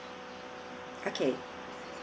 okay